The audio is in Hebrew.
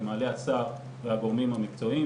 שמעלה השר והגורמים המקצועיים,